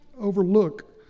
overlook